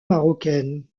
marocaine